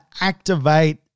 activate